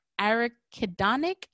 arachidonic